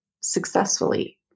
successfully